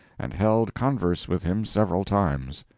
and held converse with him several times.